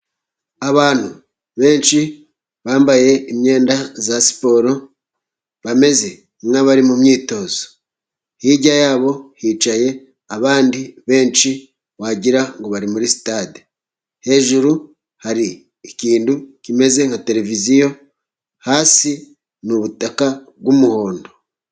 Abantu benshi bambaye imyenda ya siporo bameze nk'abari mu myitozo , hirya yabo hicaye abandi benshi wagira ngo bari muri sitade . Hejuru hari ikintu kimeze nka tereviziyo , hasi ni butaka bw'umuhondo.